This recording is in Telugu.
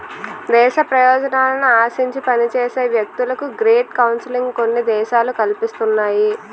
దేశ ప్రయోజనాలను ఆశించి పనిచేసే వ్యక్తులకు గ్రేట్ కౌన్సిలింగ్ కొన్ని దేశాలు కల్పిస్తున్నాయి